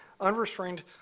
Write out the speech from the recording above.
unrestrained